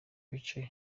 bice